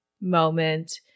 moment